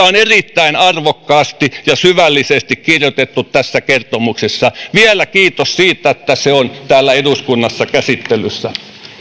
on erittäin arvokkaasti ja syvällisesti kirjoitettu tässä kertomuksessa vielä kiitos siitä että se on täällä eduskunnassa käsittelyssä